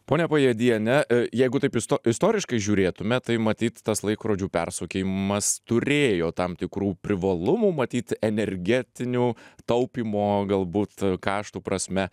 pone pajediene jeigu taip ist istoriškai žiūrėtume tai matyt tas laikrodžių persukimas turėjo tam tikrų privalumų matyt energetinių taupymo galbūt kaštu prasme